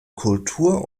kultur